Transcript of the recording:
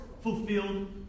fulfilled